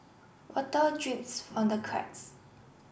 water drips from the cracks